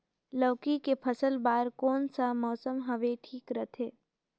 लौकी के फसल बार कोन सा मौसम हवे ठीक रथे?